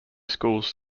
schools